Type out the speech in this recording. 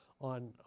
on